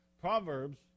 Proverbs